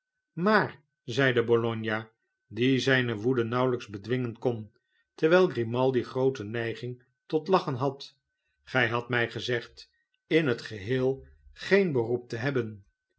maar zeide bologna die zijne woedenauwelijks bedwingen kon terwijl grimaldi groote neiging tot lachen had gij hadt mij gezegd in het geheel geen beroep te hebben